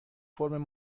فرم